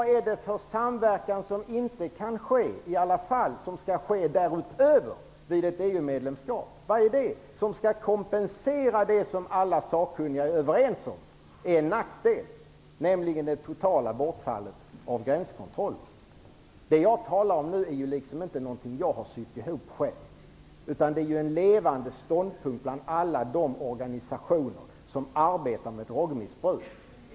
Vad är det för samarbete som kan bedrivas därutöver vid ett EU-medlemskap? Vad är det som skall kompensera det som alla sakkunniga är överens om är en nackdel, nämligen det totala bortfallet av gränskontroller? Det som jag nu talar om är ju inte något som jag själv har kommit fram till, utan det är en levande ståndpunkt bland alla de organisationer som arbetar med drogmissbruk.